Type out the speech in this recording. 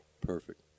Perfect